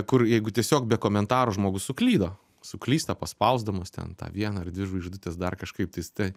kur jeigu tiesiog be komentarų žmogus suklydo suklysta paspausdamas ten tą vieną ar dvi žvaigždutes dar kažkaip tais tai